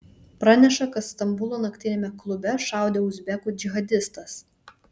praneša kad stambulo naktiniame klube šaudė uzbekų džihadistas